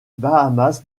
bahamas